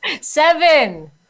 Seven